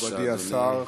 מכובדי השר,